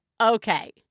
okay